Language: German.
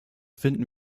finden